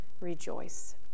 rejoice